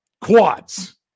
quads